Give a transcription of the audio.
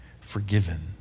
forgiven